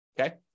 okay